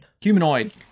Humanoid